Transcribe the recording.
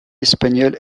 espagnole